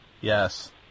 Yes